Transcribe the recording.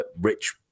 Rich